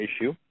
issue